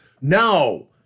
no